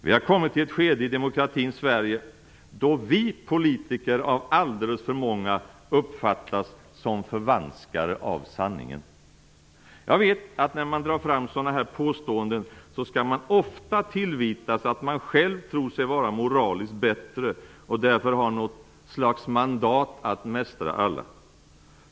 Vi har kommit till ett skede i demokratins Sverige då vi politiker av alldeles för många uppfattas som förvanskare av sanningen. Jag vet att när man drar fram sådana påståenden, skall man ofta tillvitas att man själv tror sig vara moraliskt bättre och därför har något slags mandat att mästra andra.